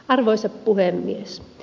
arvoisa puhemies